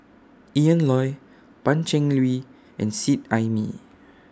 Ian Loy Pan Cheng Lui and Seet Ai Mee